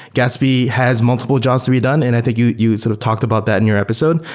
gatsby has multiple jobs to be done, and i think you you sort of talked about that in your episode.